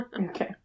Okay